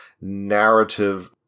narrative